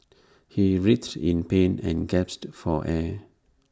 he writhed in pain and gasped for air